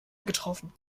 getroffen